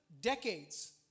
decades